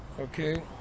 okay